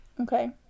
Okay